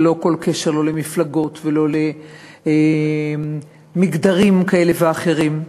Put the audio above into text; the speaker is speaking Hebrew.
ללא כל קשר לא למפלגות ולא למגדרים כאלה ואחרים.